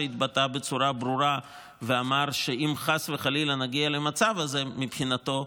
שהתבטא בצורה ברורה ואמר שאם חס וחלילה נגיע למצב הזה מבחינתו,